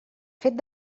fet